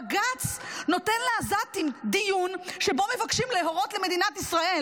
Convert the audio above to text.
בג"ץ נותן לעזתים דיון שבו מבקשים להורות למדינת ישראל